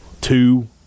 two